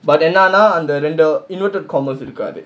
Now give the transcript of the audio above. but என்னனா அந்த ரெண்டு:ennana antha rendu inverted commas இருக்காது:irukkaathu